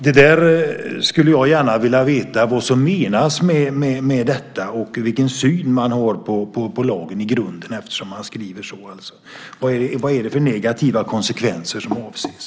Jag skulle gärna vilja veta vad som menas med detta och vilken syn man i grunden har på lagen eftersom man skriver så här. Vad är det för negativa konsekvenser som avses?